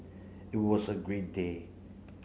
it was a great day